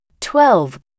Twelve